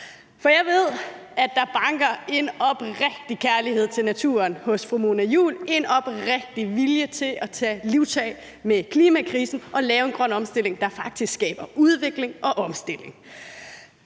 For jeg ved, at der banker en oprigtig kærlighed til naturen hos fru Mona Juul og en oprigtig vilje til at tage livtag med klimakrisen og lave en grøn omstilling, der faktisk skaber udvikling og omstilling.